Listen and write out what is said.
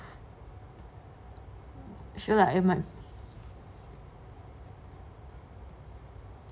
should I might